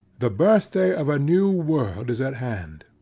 the birthday of a new world is at hand,